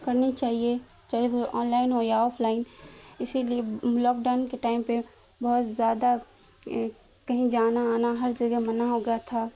کرنی چاہیے چاہے وہ آن لائن ہو یا آف لائن اسی لیے لاک ڈاؤن کے ٹائم پہ بہت زیادہ کہیں جانا آنا ہر جگہ منع ہو گیا تھا